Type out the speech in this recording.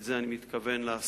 את זה אני מתכוון לעשות